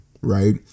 right